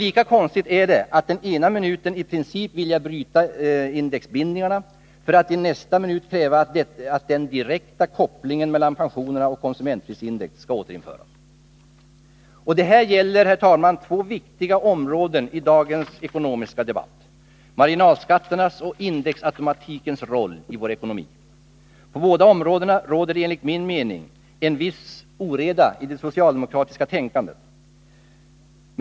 Lika konstigt är det att socialdemokraterna den ena minuten i princip vill bryta indexbindningarna för att i nästa minut kräva att den direkta kopplingen mellan pensionerna och konsumentprisindex skall återinföras. Det här gäller två viktiga områden i dagens ekonomiska debatt, marginalskatternas och indexautomatikens roll i vår ekonomi. På båda områdena råder det enligt min mening en viss oreda i socialdemokratiskt tänkande.